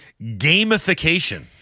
gamification